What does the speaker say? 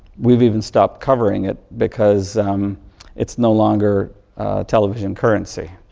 we've even stopped covering it because it's no longer television currency,